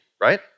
right